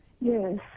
Yes